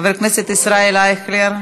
חבר הכנסת ישראל אייכלר,